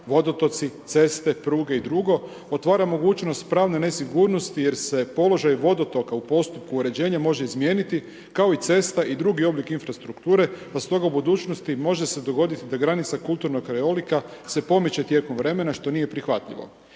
vodotoci, ceste, pruge i dr. otvara mogućnost pravne nesigurnosti jer se položaj vodotoka u postupku uređenja može izmijeniti kao i cesta i drugi oblike infrastrukture pa stoga budućnosti može se dogoditi da granica kulturnog krajolika se pomiče tijekom vremena što nije prihvatljivo.